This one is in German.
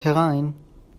herein